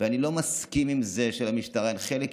ואני לא מסכים לזה שלמשטרה אין חלק,